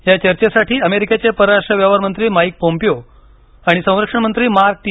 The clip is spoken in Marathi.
या चर्चेसाठी अमेरिकेचे परराष्ट्र व्यवहार मंत्री माईक पोम्पिओ आणि संरक्षण मंत्री मार्क टी